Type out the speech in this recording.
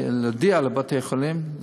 להודיע לבתי-חולים,